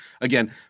Again